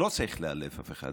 לא צריך לאלף אף אחד.